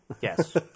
Yes